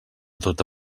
tota